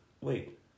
wait